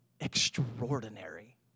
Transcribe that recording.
extraordinary